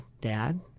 dad